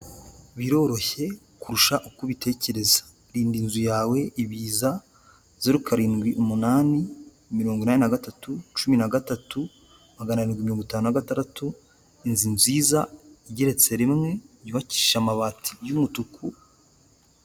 Biroroshye kurusha uko ubitekereza, rinda inzu yawe ibiza, zeru karindwi umunani, mirongo inani na gatatu, cumi na gatatu, magana arindwi na mirongo itanu na gataratu, inzu nziza igeretse rimwe yubakisha amabati y'umutuku.